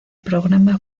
programa